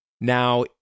Now